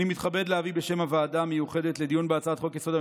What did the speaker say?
אני מתכבד להביא בשם הוועדה המיוחדת לדיון בהצעת חוק-יסוד: